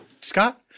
Scott